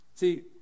See